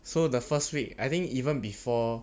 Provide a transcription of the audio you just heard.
so the first week I think even before